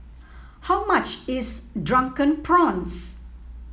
how much is Drunken Prawns